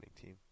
team